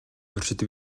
туршид